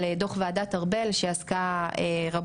אבל חוקקו כבר לפני עשרים ושלושים שנה,